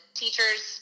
teachers